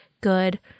good